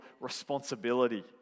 responsibility